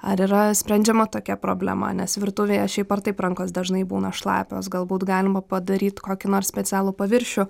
ar yra sprendžiama tokia problema nes virtuvėje šiaip ar taip rankos dažnai būna šlapios galbūt galima padaryt kokį nors specialų paviršių